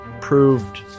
proved